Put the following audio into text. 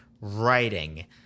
writing